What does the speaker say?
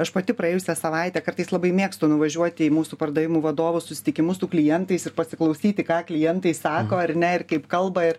aš pati praėjusią savaitę kartais labai mėgstu nuvažiuoti į mūsų pardavimų vadovų susitikimus su klientais ir pasiklausyti ką klientai sako ar ne ir kaip kalba ir